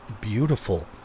beautiful